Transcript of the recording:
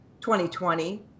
2020